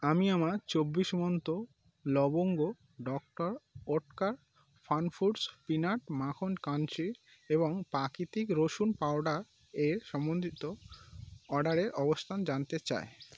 আমি আমার চব্বিশ মন্ত্র লবঙ্গ ডক্টর ওটকার ফানফুডস পিনাট মাখন ক্রাঞ্চি এবং প্রাকৃতিক রসুন পাউডার এর সমন্বিত অর্ডারের অবস্থান জানতে চাই